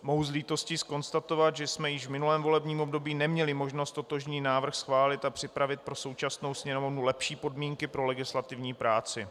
Mohu s lítostí konstatovat, že jsme již v minulém volebním období neměli možnost totožný návrh schválit a připravit pro současnou Sněmovnu lepší podmínky pro legislativní práci.